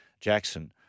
Jackson